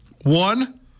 One